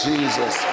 Jesus